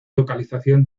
localización